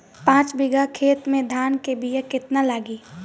पाँच बिगहा खेत में धान के बिया केतना लागी?